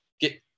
get